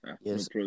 Yes